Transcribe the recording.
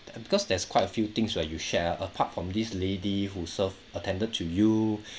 uh because there's quite a few things where you share apart from this lady who serve attended to you